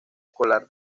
escolar